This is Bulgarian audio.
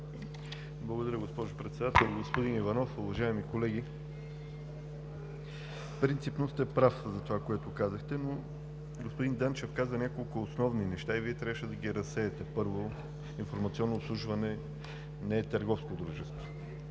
Благодаря, госпожо Председател. Господин Иванов, уважаеми колеги! Принципно сте прав за това, което казахте, но господин Данчев каза няколко основни неща и Вие трябваше да ги разсеете. Първо, „Информационно обслужване“ не е търговско дружество.